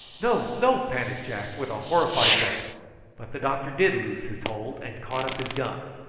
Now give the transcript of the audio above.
no, no! panted jack, with a horrified look but the doctor did loose his hold and caught up his gun.